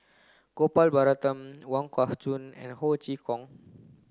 Gopal Baratham Wong Kah Chun and Ho Chee Kong